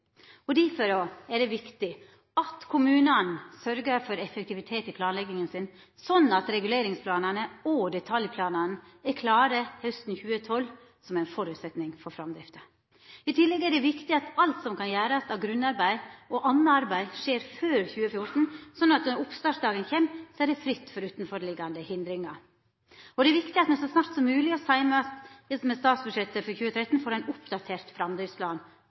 Difor er det viktig at kommunane sørgjer for effektivitet i planlegginga si, sånn at reguleringsplanane og detaljplanane er klare hausten 2012, som ein føresetnad for framdrifta. I tillegg er det viktig at alt som kan gjerast av grunnarbeid og anna arbeid, skjer før 2014, slik at det når oppstartsdagen kjem, er fritt for utanforliggjande hindringar. Det er viktig at me så snart som mogleg – og seinast i samband med statsbudsjettet for 2013 – får ein oppdatert